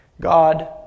God